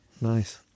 nice